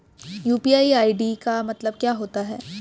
UPI ID का मतलब क्या होता है?